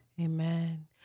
Amen